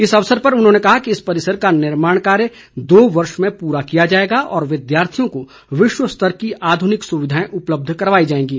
इस अवसर पर उन्होंने कहा कि इस परिसर का निर्माण कार्य दो वर्ष में पूरा किया जाएगा और विद्यार्थियों को विश्व स्तर की आधुनिक सुविधाएं उपलब्ध करवाई जाएंगी